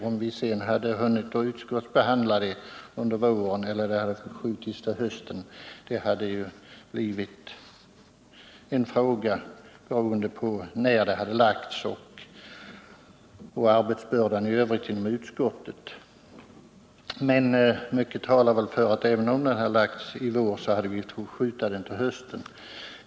Om vi sedan hunnit utskottsbehandla det under våren hade varit beroende av när förslaget hade kommit och av arbetsbördan i övrigt inom utskottet. Mycket talar för att vi fått skjuta upp behandlingen av det till hösten, även om det framlagts i vår.